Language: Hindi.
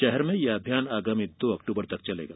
शहर में यह अभियान आगामी दो अक्टूबर तक चलेगा